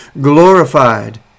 glorified